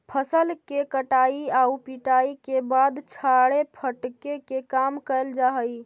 फसल के कटाई आउ पिटाई के बाद छाड़े फटके के काम कैल जा हइ